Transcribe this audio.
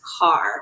car